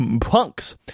Punks